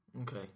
Okay